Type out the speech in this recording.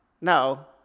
no